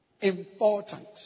important